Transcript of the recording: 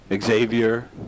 Xavier